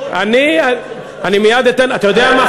אתה יודע מה?